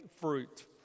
fruit